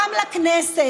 שר הבריאות,